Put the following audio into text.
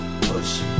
push